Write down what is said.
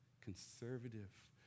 conservative